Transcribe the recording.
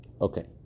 Okay